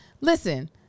listen